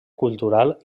cultural